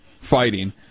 fighting